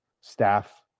staff